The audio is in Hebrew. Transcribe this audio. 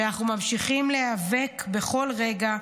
שאנחנו ממשיכים להיאבק בכל רגע,